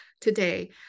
today